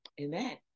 Amen